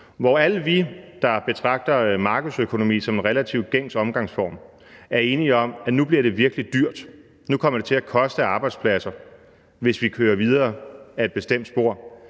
hvor alle vi, der betragter markedsøkonomi som en relativt gængs styreform, er enige om, at nu bliver det virkelig dyrt, nu kommer det til at koste arbejdspladser, hvis vi kører videre ad et bestemt spor,